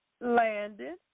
landed